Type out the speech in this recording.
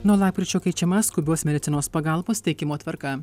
nuo lapkričio keičiama skubios medicinos pagalbos teikimo tvarka